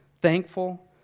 Thankful